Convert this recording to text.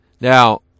Now